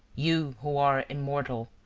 you who are immortal,